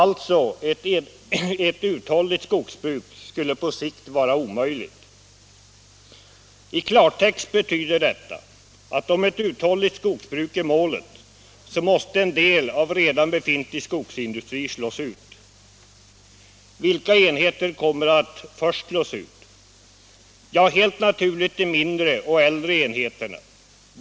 Ett uthålligt skogsbruk skulle alltså på sikt vara omöjligt. I klartext betyder detta att om ett uthålligt skogsbruk är målet, så måste en del av redan befintlig skogsindustri slås ut. Vilka enheter kommer att slås ut först? Ja, helt naturligt de mindre och äldre enheterna.